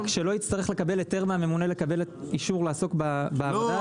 רק שלא יצטרך לקבל היתר מהממונה לקבל אישור לעסוק בעבודה הזאת?